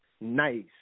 nice